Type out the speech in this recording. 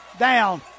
Down